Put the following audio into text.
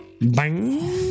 Bang